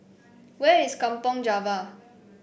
where is Kampong Java